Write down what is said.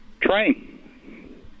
Train